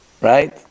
right